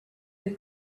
they